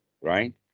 right